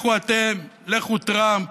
לכו אתם, לכו טראמפ.